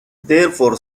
therefore